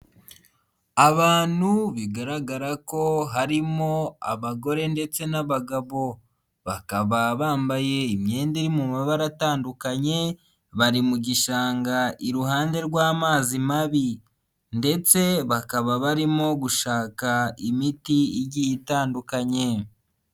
Abantu bigaragara ko harimo abagore ndetse n'abagabo bakaba bambaye imyenda iri mu mabara atandukanye, bari mu gishanga iruhande rw'amazi mabi ndetse bakaba barimo gushaka imiti igiye itandukanye.